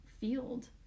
field